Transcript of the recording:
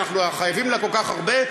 שאנחנו חייבים לה כל כך הרבה,